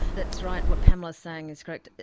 that's right, what pamela is saying is correct,